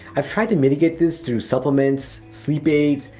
i've tried to mitigate this through supplements, sleep aids,